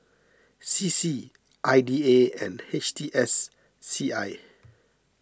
C C I D A and H T S C I